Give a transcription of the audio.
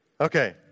Okay